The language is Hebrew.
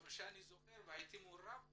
כמו שאני זוכר, והייתי גם מעורב בו,